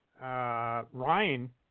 Ryan